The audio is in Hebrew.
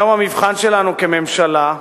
זהו המבחן שלנו כממשלה,